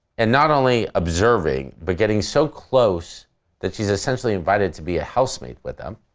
and not only observing, but getting so close that she's essentially invited to be a housemate with them.